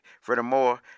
Furthermore